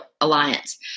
Alliance